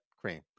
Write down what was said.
Cream